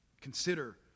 Consider